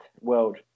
world